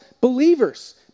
believers